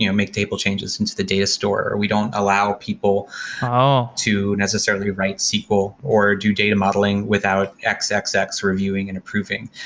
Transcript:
you know make table changes into the data store, or we don't allow people to necessarily write sql or do data modeling without x x x reviewing and approving,